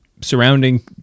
surrounding